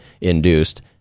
induced